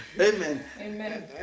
Amen